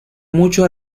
mucho